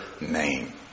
name